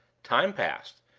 time passed,